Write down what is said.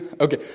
Okay